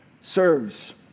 serves